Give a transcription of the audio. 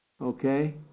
okay